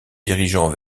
dirigeant